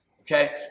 okay